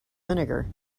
vinegar